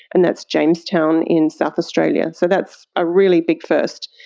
and that's jamestown in south australia. so that's a really big first.